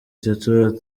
atatu